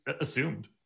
assumed